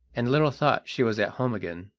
and little thought she was at home again.